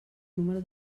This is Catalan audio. número